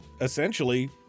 essentially